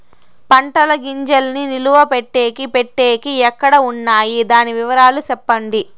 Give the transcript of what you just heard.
పంటల గింజల్ని నిలువ పెట్టేకి పెట్టేకి ఎక్కడ వున్నాయి? దాని వివరాలు సెప్పండి?